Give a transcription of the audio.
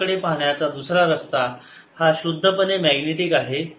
rr P या प्रश्नाकडे पाहण्याचा दुसरा रस्ता हा शुद्ध पणे मॅग्नेटिक आहे